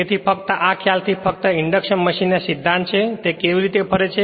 તેથી ફક્ત આ ખ્યાલથી ફક્ત ઇન્ડક્શન મશીનના સિદ્ધાંત છે અને તે કેવી રીતે ફરે છે